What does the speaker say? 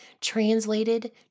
translated